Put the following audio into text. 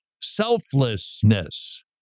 selflessness